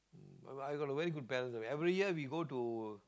mm b~ but I got a very good parents lah every year we go to